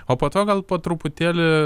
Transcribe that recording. o po to gal po truputėlį